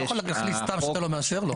אתה לא יכול להחליט סתם שאתה לא מאשר לו.